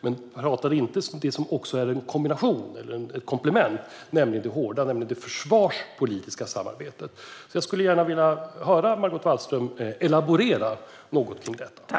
Men hon talade inte så mycket om det hårda, som ju är ett komplement, alltså det försvarspolitiska samarbetet. Jag skulle gärna vilja höra Margot Wallström elaborera något kring detta.